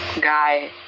Guy